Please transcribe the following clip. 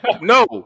no